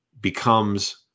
becomes